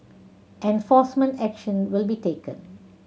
enforcement action will be taken